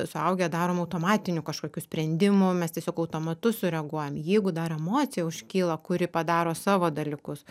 suaugę darom automatinių kažkokių sprendimų mes tiesiog automatu sureaguojam jeigu dar emocija užkyla kuri padaro savo dalykus